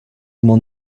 m’en